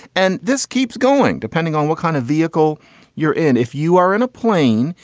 and this keeps going depending on what kind of vehicle you're in if you are in a plane.